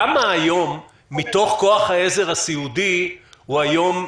כמה היום מתוך כוח העזר הסיעודי הוא ישראלי היום?